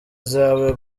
zawe